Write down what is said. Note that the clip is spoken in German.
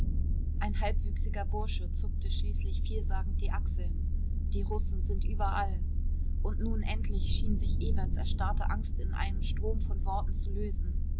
ein halbwüchsiger bursche zuckte schließlich vielsagend die achseln die russen sind überall und nun endlich schien sich ewerts erstarrte angst in einem strom von worten zu lösen